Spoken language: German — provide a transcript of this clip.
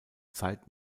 zeit